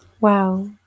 Wow